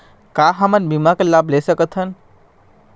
का हमन बीमा के लाभ ले सकथन?